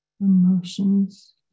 emotions